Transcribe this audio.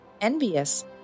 envious